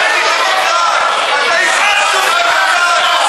אתה איש, אנטי-דמוקרט.